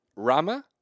Rama